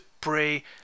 pray